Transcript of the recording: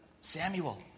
Samuel